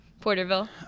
Porterville